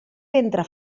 ventre